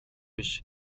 биш